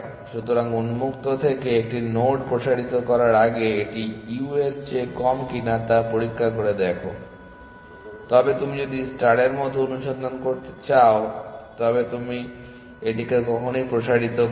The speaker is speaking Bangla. সুতরাং উন্মুক্ত থেকে একটি নোড প্রসারিত করার আগে এটি u এর চেয়ে কম কিনা তা পরীক্ষা করে দেখো তবে তুমি যদি স্টারের মতো অনুসন্ধান করতে চাও তবে তুমি এটিকে এখনই প্রসারিত করো